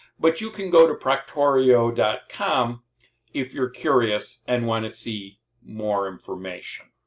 but you can go to proctorio dot com if you're curious and want to see more information.